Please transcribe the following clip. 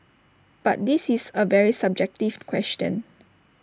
but this is A very subjective question